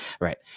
right